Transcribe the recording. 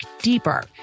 deeper